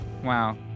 Wow